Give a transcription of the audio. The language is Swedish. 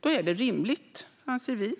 Då är det rimligt, anser vi